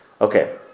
Okay